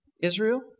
Israel